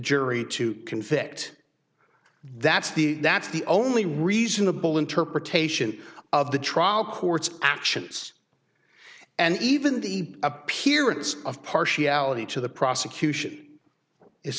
jury to convict that's the that's the only reasonable interpretation of the trial court's actions and even the appearance of partiality to the prosecution is